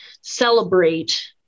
celebrate